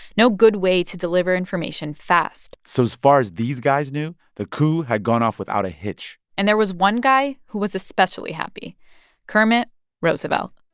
no good way to deliver information fast so as far as these guys knew, the coup had gone off without a hitch and there was one guy who was especially happy kermit roosevelt